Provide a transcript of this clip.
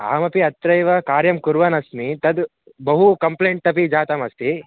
अहमपि अत्रैव कार्यं कुर्वन् अस्मि तद् बहु कम्प्लेण्ट् अपि जातमस्ति